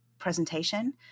presentation